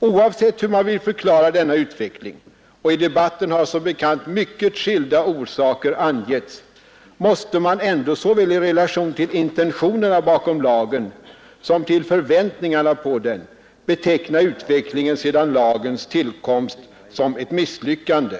Oavsett hur man vill förklara denna utveckling — och i debatten har som bekant mycket skilda orsaker angetts — måste man ändå såväl i relation till intentionerna bakom lagen som till förväntningarna på den, beteckna utvecklingen sedan lagens tillkomst som ett misslyckande.